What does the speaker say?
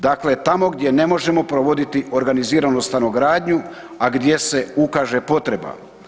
Dakle, tamo gdje ne možemo provoditi organiziranu stanogradnju, a gdje se ukaže potreba.